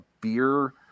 beer